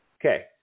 Okay